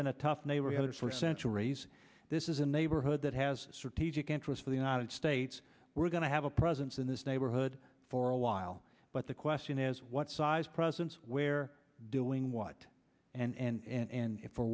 been a tough neighborhood for centuries this is a neighborhood that has strategic interest for the united states we're going to have a presence in this neighborhood for a while but the question is what size presence where doing what and